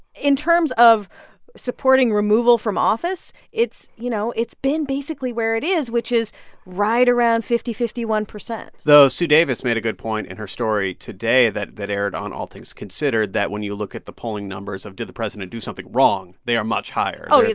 in terms of supporting removal from office, it's you know, it's been basically where it is, which is right around fifty, fifty one point though, sue davis made a good point in her story today that that aired on all things considered that when you look at the polling numbers of, did the president do something wrong, they are much higher oh, it's,